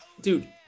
Dude